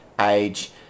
age